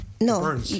No